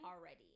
already